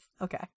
Okay